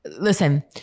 listen